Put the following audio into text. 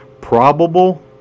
Probable